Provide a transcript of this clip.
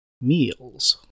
Meals